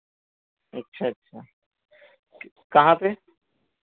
अच्छा अच्छा कहाँ पे